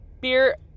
beer